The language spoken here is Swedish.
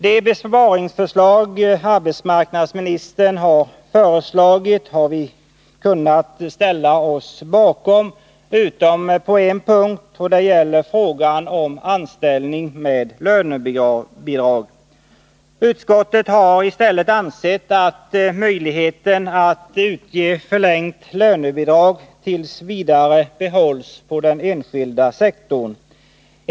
Det besparingsförslag som arbetsmarknadsministern har lagt fram har vi kunnat ställa oss bakom utom på en punkt, nämligen vad gäller frågan om anställning med lönebidrag. Utskottet har i stället ansett att möjligheten att utge förlängt lönebidrag t. v. bör finnas kvar på den enskilda sektorn.